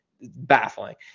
baffling